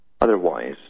Otherwise